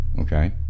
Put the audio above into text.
okay